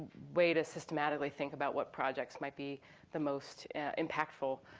way to systematically think about what projects might be the most impactful.